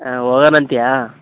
ಹಾಂ ಹೋಗೋನ್ ಅಂತಿಯಾ